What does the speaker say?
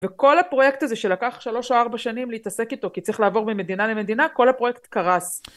וכל הפרויקט הזה, שלקח שלוש או ארבע שנים להתעסק איתו כי צריך לעבור ממדינה למדינה, כל הפרויקט קרס